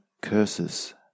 curses